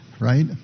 right